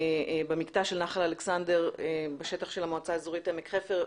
במקטע של נחל אלכסנדר בשטח של המועצה האזורית עמק חפר,